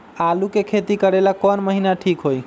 आलू के खेती करेला कौन महीना ठीक होई?